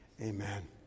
amen